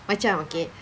macam okay